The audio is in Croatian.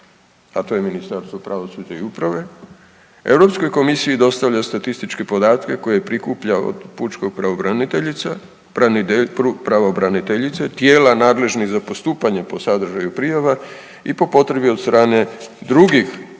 a to je Ministarstvo pravosuđa i uprave, EU komisiji dostavlja statističke podatke koje prikuplja od pučkog pravobraniteljica, pravobraniteljice, tijela nadležnih za postupanje po sadržaju prijava, i po potrebi, od strane drugih